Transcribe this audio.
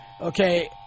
Okay